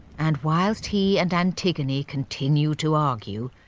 and whilst he and antigone continue to argue,